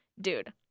dude